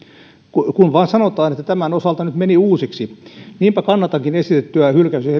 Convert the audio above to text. kun kun vaan sanotaan että tämän osalta nyt meni uusiksi niinpä kannatankin esitettyä